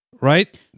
right